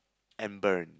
and burn